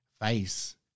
face